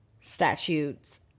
statutes